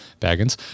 Baggins